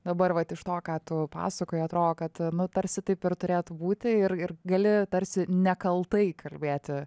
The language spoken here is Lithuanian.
dabar vat iš to ką tu pasakoji atrodo kad nu tarsi taip ir turėtų būti ir ir gali tarsi nekaltai kalbėti